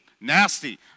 nasty